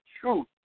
truth